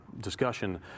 discussion